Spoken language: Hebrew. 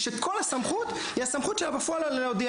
שכל הסמכות היא הסמכות של להודיע.